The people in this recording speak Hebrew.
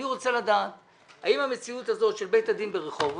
אני רוצה לדעת האם המציאות הזאת של בית הדין ברחובות,